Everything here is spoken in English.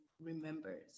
remembers